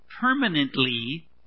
permanently